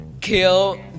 kill